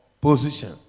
position